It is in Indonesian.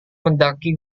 mendaki